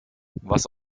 was